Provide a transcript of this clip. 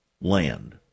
land